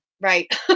Right